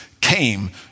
came